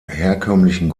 herkömmlichen